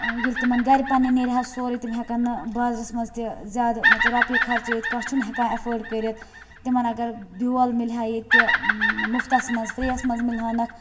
ییٚلہِ تِمن گَرِ پَننہِ نیٚرِہا سورُے تِم ہیکَن نہٕ بازرَس منٛز تہِ زیادٕ مان ژٕ رۄپیہِ خَرچٲیِتھ کانٛہہ چھُنہٕ ہیکان ایفٲڈ کٔرِتھ تِمن اگر بِیول مِلہِ ہا ییٚتہِ مُفتَس منٛز فِرٛییَس منٛز مِلہٕ ہانَکھ